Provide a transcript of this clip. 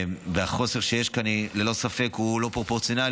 החוסר שיש כאן הוא ללא ספק לא פרופורציונלי,